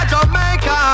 Jamaica